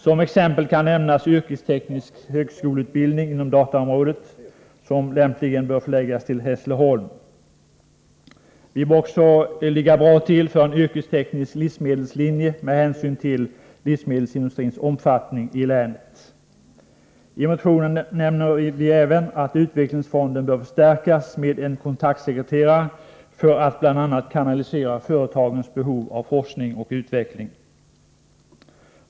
Som exempel kan nämnas yrkesteknisk högskoleutbildning inom dataområdet, som lämpligen bör förläggas till Hässleholm. Vi bör också ligga bra till för en yrkesteknisk livsmedelslinje med hänsyn till livsmedelsindustrins omfattning i länet. I motionen nämner vi även att utvecklingsfonden bör förstärkas med en kontaktsekreterare för att bl.a. analysera företagens behov av forskning och utveckling.